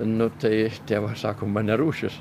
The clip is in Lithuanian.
nu tai tėvas sako mane rūšys